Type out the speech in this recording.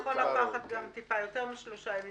זה יכול לקחת גם קצת יותר משלושה ימים